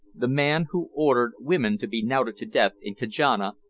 the man who ordered women to be knouted to death in kajana,